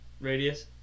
radius